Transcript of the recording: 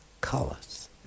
colors